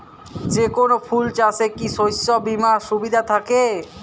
যেকোন ফুল চাষে কি শস্য বিমার সুবিধা থাকে?